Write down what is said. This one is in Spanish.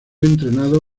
entrenado